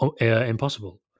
impossible